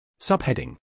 Subheading